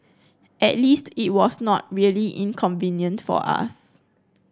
at least it was not really inconvenient for us